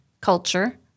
culture